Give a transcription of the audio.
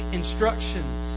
instructions